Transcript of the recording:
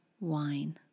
wine